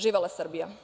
Živela Srbija.